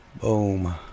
Boom